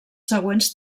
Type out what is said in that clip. següents